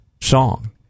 song